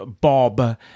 bob